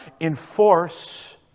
enforce